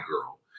girl